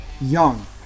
young